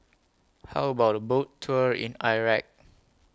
How about A Boat Tour in Iraq